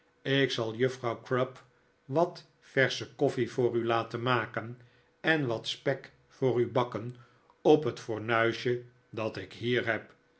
ik zal juffrouw crupp wat versche koffie voor u laten zetten en wat spek voor u bakken op het fornuisje dat ik hier heb